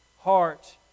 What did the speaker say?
heart